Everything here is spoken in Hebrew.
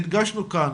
לכולם.